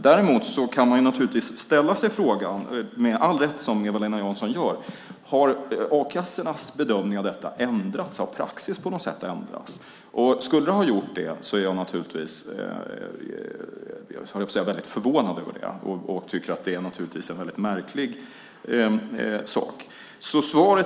Däremot kan man ställa sig frågan - med all rätt, som Eva-Lena Jansson gör - om a-kassornas bedömning ändrats eller om praxis har ändrats. Om det är så är jag förvånad över det. Det är en märklig sak.